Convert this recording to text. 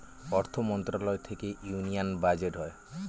অর্থ মন্ত্রণালয় থেকে ইউনিয়ান বাজেট হয়